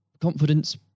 confidence